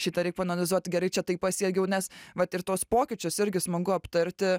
šitą reik paanalizuot gerai čia taip pasielgiau nes vat ir tuos pokyčius irgi smagu aptarti